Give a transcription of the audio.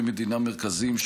גורמי מדינה מרכזיים,